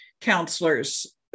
counselors